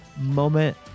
moment